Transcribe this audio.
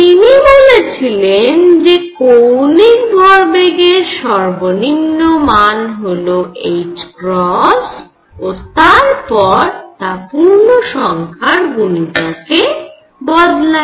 তিনি বলেছিলেন যে কৌণিক ভরবেগের সর্বনিম্ন মান হল ও তারপর তা পূর্ণসংখ্যার গুণিতকে বদলায়